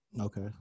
Okay